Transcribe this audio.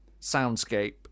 soundscape